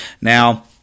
Now